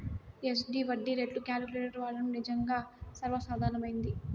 SD వడ్డీ రేట్లు calculator వాడడం నిజంగా సర్వసాధారణమైనది